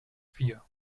vier